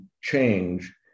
change